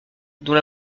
dont